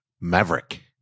Maverick